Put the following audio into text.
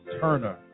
Turner